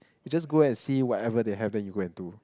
it's just go and see whatever they have then you go and do